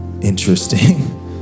interesting